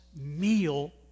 meal